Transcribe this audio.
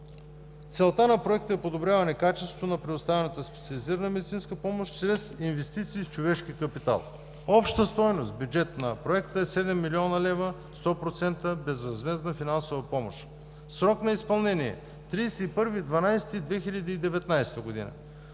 Целта на проекта е подобряване качеството на предоставената специализирана медицинска помощ чрез инвестиции в човешки капитал. Общата бюджетна стойност на проекта е 7 млн. лв., 100% безвъзмездна финансова помощ. Срок на изпълнение – 31 декември